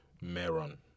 meron